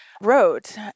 wrote